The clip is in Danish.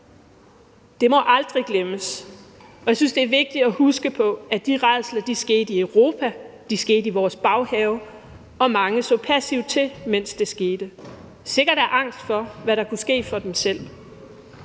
Det må aldrig glemmes, og jeg synes, det er vigtigt at huske på, at de rædsler foregik i Europa. Det skete i vores baghave, og mange så passivt til, mens det skete – sikkert af angst for, hvad der kunne ske for dem selv.